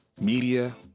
media